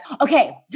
okay